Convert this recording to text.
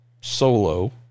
solo